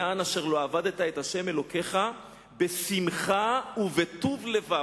יען אשר לא עבדת את ה' אלוקיך בשמחה ובטוב לבב.